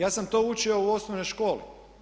Ja sam to učio u osnovnoj školi.